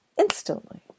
instantly